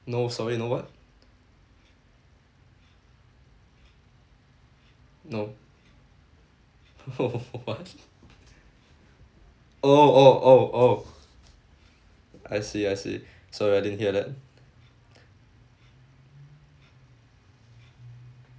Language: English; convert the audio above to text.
no sorry no what no no what oh oh oh oh I see I see sorry I didn't hear that